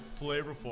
Flavorful